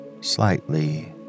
slightly